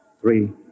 three